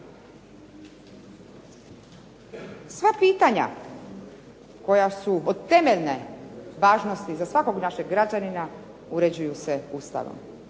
Sva pitanja koja su od temeljne važnosti za svakog našeg građanina uređuju se Ustavom,